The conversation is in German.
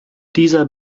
dieser